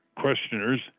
questioners